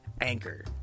Anchor